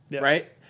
right